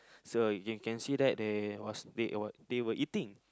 so you can see that they was they were they were eating